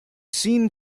seen